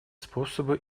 способы